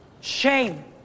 Shame